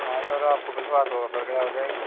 हाँ सर आपको विश्वास होगा बढ़िया हो जाएगी